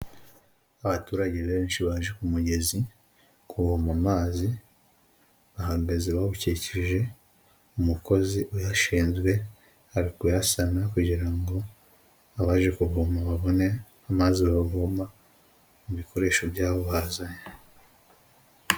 Abaturage benshi baje ku mugezi kuvoma amazi, bahagaze bawukikije. Umukozi uyashinzwe ari kuyasana kugira ngo abaje kuvoma babone amazi bavoma, ibikoresho by'abo bazanye.